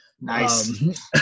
Nice